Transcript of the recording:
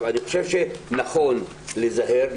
אני חושב שנכון להיזהר,